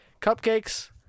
Cupcakes